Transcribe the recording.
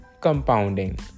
compounding